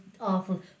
awful